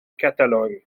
catalogne